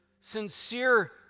sincere